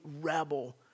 rebel